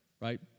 Right